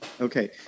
Okay